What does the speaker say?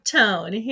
Tone